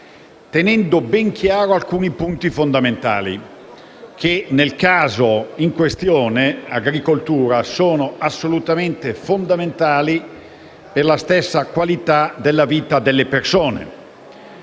tenendo ben chiari alcuni punti fondamentali, che nel caso in questione - quello dell'agricoltura - sono assolutamente fondamentali per la stessa qualità della vita delle persone.